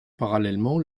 parallèlement